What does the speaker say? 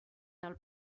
del